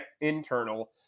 internal